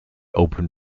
open